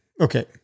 okay